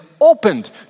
opened